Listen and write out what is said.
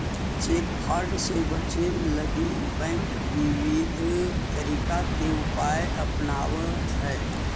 cheque fraud से बचे लगी बैंक विविध तरीका के उपाय अपनावऽ हइ